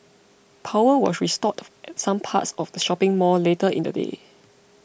power was restored at some parts of the shopping mall later in the day